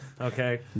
Okay